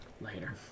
Later